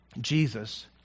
Jesus